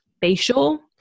facial